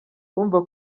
kumva